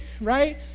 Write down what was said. right